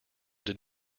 did